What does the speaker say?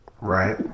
Right